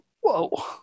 whoa